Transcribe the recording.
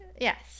Yes